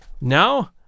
Now